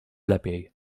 lepiej